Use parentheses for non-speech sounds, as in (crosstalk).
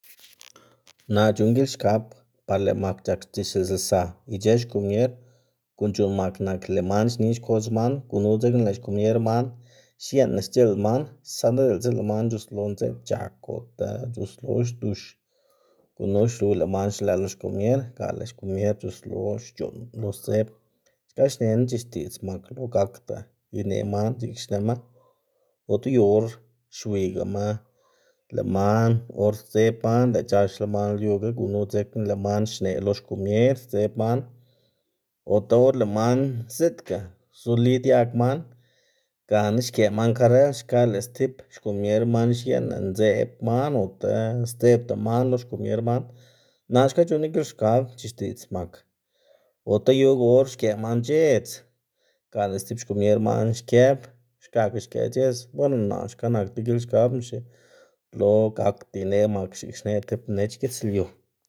(noise) naꞌ c̲h̲unn gilxkab par lëꞌ mak c̲h̲ak c̲h̲ixtiꞌdzlsa ic̲h̲ë xkomier, guꞌn c̲h̲uꞌnn mak nak lëꞌ man xni xkodz man, gunu dzekna lëꞌ xkomier man xieꞌnna xc̲h̲iꞌlna man, saꞌnda diꞌltsa lëꞌ man c̲h̲uslo ndzeꞌb c̲h̲ak ota c̲h̲uslo xdux gunu xluw lëꞌ man xlëꞌ lo xkomier, ga lëꞌ xkomier c̲h̲uslo xc̲h̲oꞌn lo sdzeb. Xka xnená c̲h̲ixtiꞌdz mak lo gakda ineꞌ man x̱iꞌk xneꞌma, ota yu or xwiygama lëꞌ man or sdzeb man lëꞌ c̲h̲axla man lyuga, gunu dzekna lëꞌ man xneꞌ lo xkomier sdzeb man, ota or lëꞌ man ziꞌdga zoli diag man gana xkëꞌ man karrel xka lëꞌ stib xkomier man xieꞌnna ndzeꞌb man ota sdzebda man lo xkomier. Naꞌ xka c̲h̲unn- ná gilxkab c̲h̲ixtiꞌdzl mak ota yuga or xkëꞌ man c̲h̲edz ga lëꞌ stib komier man xkëb xkakga xkëꞌ c̲h̲edz. Bueno nak xka nak degilxkabnáxi lo gakda ineꞌ mak x̱iꞌk xneꞌ ti mnech gitslyu.